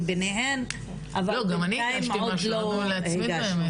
אני ביניהן אבל בינתיים עוד לא הגשנו.